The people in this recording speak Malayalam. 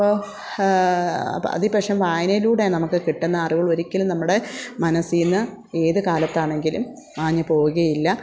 അപ്പം അത് പക്ഷേ വായനയിലൂടെ നമുക്ക് കിട്ടുന്ന അറിവ് ഒരിക്കലും നമ്മുടെ മനസ്സിൽ നിന്ന് ഏത് കാലത്താണെങ്കിലും മാഞ്ഞു പോവുകയില്ല